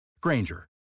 Granger